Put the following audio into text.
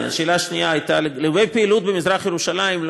לגבי הפעילות במזרח ירושלים,